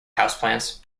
houseplants